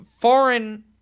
foreign